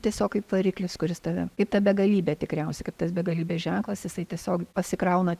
tiesiog kaip variklis kuris tave kaip ta begalybė tikriausiai kaip tas begalybės ženklas jisai tiesiog pasikrauna